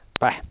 Bye